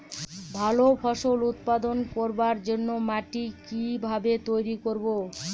ভালো ফসল উৎপাদন করবার জন্য মাটি কি ভাবে তৈরী করব?